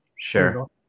Sure